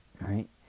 right